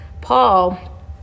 Paul